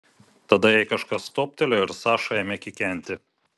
tada jai kažkas toptelėjo ir saša ėmė kikenti